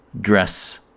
dress